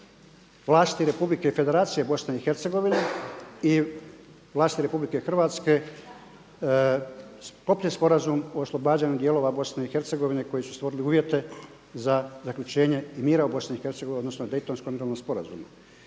vlasti Republike i Federacije Bosne i Hercegovine i vlasti Republike Hrvatske sklopljen Sporazum o oslobađanju dijelova Bosne i Hercegovine koji su stvorili uvjete za zaključenje i mira u Bosni i Hercegovini odnosno Daytonskog mirovnog sporazuma.